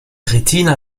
retina